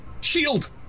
Shield